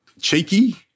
cheeky